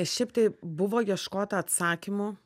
šiaip tai buvo ieškota atsakymų